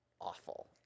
awful